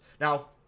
Now